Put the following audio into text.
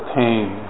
pain